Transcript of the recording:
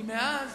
כי מאז,